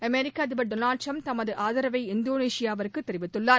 அமெரிக்க அதிபர் திரு Donald Trump தமது ஆதரவை இந்தோனேஷியாவுக்கு தெரிவித்தள்ளார்